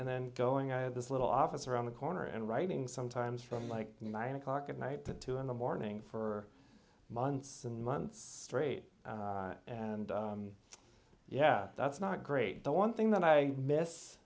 and then going i had this little office around the corner and writing sometimes from like nine o'clock at night to in the morning for months and months straight and yeah that's not great the one thing that i